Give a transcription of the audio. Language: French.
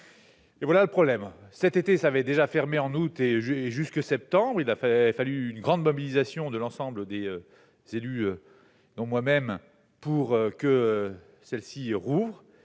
et voilà le problème : cet été, ça avait déjà fermé en août et j'ai jusque septembre, il a fait, il fallut une grande mobilisation de l'ensemble des élus, dont moi-même, pour que celle-ci rouvre